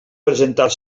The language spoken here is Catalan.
presentar